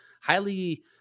highly